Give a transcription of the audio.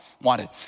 wanted